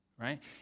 right